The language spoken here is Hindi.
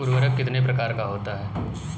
उर्वरक कितने प्रकार का होता है?